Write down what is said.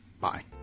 Bye